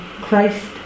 Christ